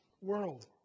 world